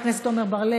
חבר הכנסת עמר בר-לב,